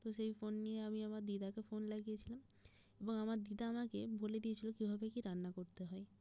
তো সেই ফোন নিয়ে আমি আমার দিদাকে ফোন লাগিয়েছিলাম এবং আমার দিদা আমাকে বলে দিয়েছিল কীভাবে কী রান্না করতে হয়